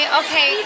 okay